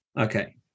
Okay